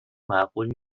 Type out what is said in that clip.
معقول